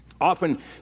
Often